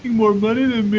more money in